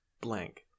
blank